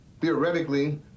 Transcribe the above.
Theoretically